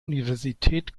universität